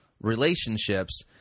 relationships